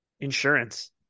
Insurance